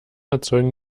erzeugen